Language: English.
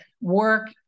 work